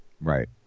right